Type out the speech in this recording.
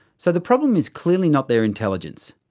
so the problem is clearly not their intelligence.